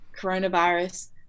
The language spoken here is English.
coronavirus